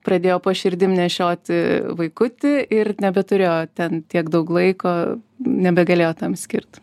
pradėjo po širdim nešioti vaikutį ir nebeturėjo ten tiek daug laiko nebegalėjo tam skirti